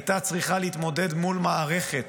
הייתה צריכה להתמודד מול מערכת